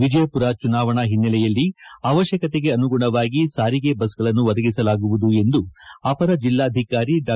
ವಿಜಯಪುರ ಚುನಾವಣೆ ಹಿನ್ನೆಲೆಯಲ್ಲಿ ಅವಶ್ಯಕತೆಗನುಗುಣವಾಗಿ ಸಾರಿಗೆ ಬಸ್ಗಳನ್ನು ಒದಗಿಸಲಾಗುವುದು ಎಂದು ಅಪರ ಜಿಲ್ಲಾಧಿಕಾರಿ ಡಾ